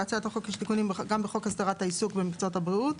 בהצעת החוק יש תיקונים גם בחוק הסדרת העיסוק במקצועות הבריאות,